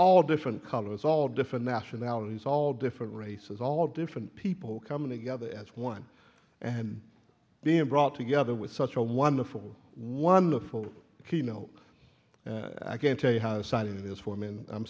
all different colors all different nationalities all different races all different people coming together as one and being brought together with such a wonderful wonderful keynote i can't tell you how signing this form in i'm